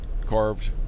carved